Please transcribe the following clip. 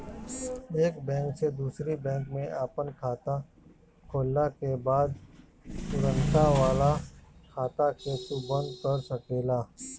एक बैंक से दूसरी बैंक में आपन खाता खोलला के बाद पुरनका वाला खाता के तू बंद कर सकेला